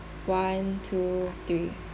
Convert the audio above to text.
one two three